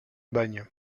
bagne